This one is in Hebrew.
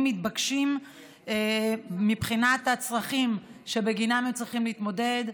מתבקשים מבחינת הצרכים שבגינם הם צריכים להתמודד.